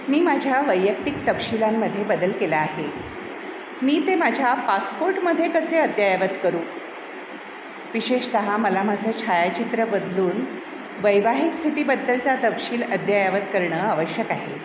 मी माझ्या वैयक्तिक तपशीलांमध्ये बदल केला आहे मी ते माझ्या पासपोर्टमध्ये कसे अद्ययावत करू विशेषतः मला माझे छायाचित्र बदलून वैवाहिक स्थितीबद्दलचा तपशील अद्ययावत करणे आवश्यक आहे